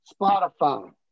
Spotify